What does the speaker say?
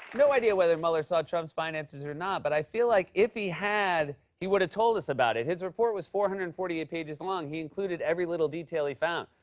no idea whether mueller saw trump's finances or not, but i feel like, if he had, he would've told us about it. his report was four hundred and forty eight pages long. he included every little detail he found.